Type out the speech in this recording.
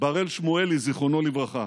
בראל שמואלי, זיכרונו לברכה.